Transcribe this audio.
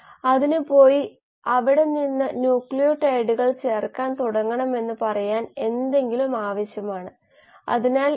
നിങ്ങൾ അങ്ങനെ ചെയ്യുകയാണെങ്കിൽ ഇൻട്രാസെല്ലുലാർ മെറ്റബോളിറ്റുകൾ ABC എന്നിവയാണ് അവ നേരിട്ട് പൂജ്യത്തിലേക്ക് മാറ്റാം